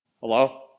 Hello